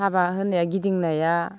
हाबा होनाया गिदिंनाया